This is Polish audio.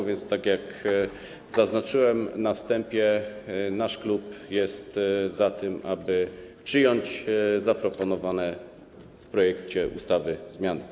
A więc, tak jak zaznaczyłem na wstępie, nasz klub jest za tym, aby przyjąć zaproponowane w projekcie ustawy zmiany.